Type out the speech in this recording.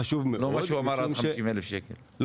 לא עד 50,000 ₪, כמו שהוא אמר?